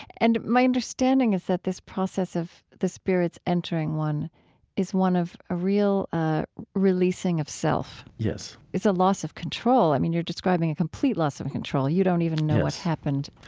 and my understanding understanding is that this process of the spirits entering one is one of a real releasing of self yes it's a loss of control. i mean, you're describing a complete loss of control. you don't even know what happened